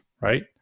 right